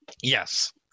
Yes